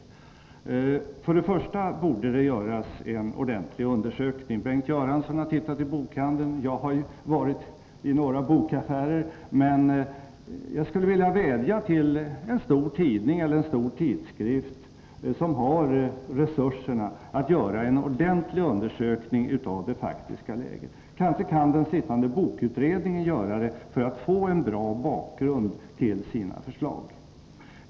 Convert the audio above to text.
Det borde först och främst göras en ordentlig undersökning. Bengt Göransson har tittat i bokhandeln, och jag har varit i några bokaffärer. Men jag skulle vilja vädja till en stor tidning eller en stor tidskrift som har resurser att göra en ordentlig undersökning av det faktiska läget. Kanske kan den sittande bokutredningen göra det för att få en bra bakgrund till sina förslag.